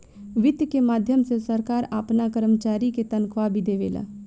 वित्त के माध्यम से सरकार आपना कर्मचारी के तनखाह भी देवेला